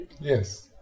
Yes